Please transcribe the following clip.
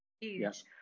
huge